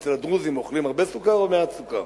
אצל הדרוזים אוכלים הרבה סוכר או מעט סוכר?